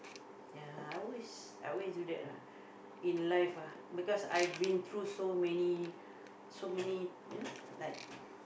ya I always I always do that lah in life ah because I've been through so many so many you know like